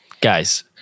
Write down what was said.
guys